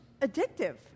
addictive